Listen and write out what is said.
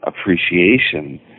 appreciation